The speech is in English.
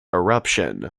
eruption